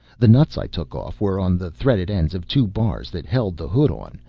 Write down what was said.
the nuts i took off were on the threaded ends of two bars that held the hood on,